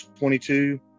22